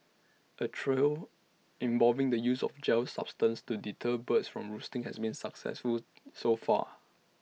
A trial involving the use of A gel substance to deter birds from roosting has been successful so far